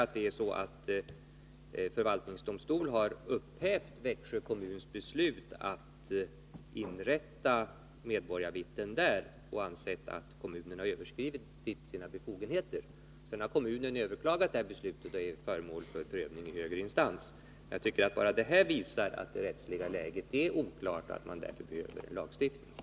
Jag vill bara påpeka att förvaltningsdomstol har upphävt Växjö kommuns beslut att där inrätta medborgarvittnen. Domstolen ansåg att kommunen hade överskridit sina befogenheter. Kommunen har sedan överklagat detta beslut, och frågan är nu föremål för prövning i högre instans. Enbart detta visar att det rättsliga läget är oklart och att vi därför behöver en Nr 108